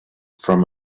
from